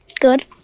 Good